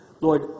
Lord